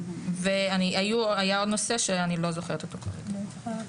והיה עוד נושא שאני לא זוכרת אותו כרגע.